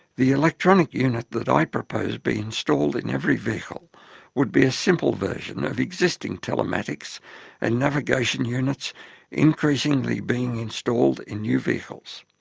the electronic unit that i propose be installed in every vehicle would be a simple version of existing telematics and navigation units increasingly being installed in new vehicles.